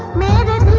me that